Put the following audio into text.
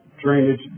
Drainage